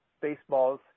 baseballs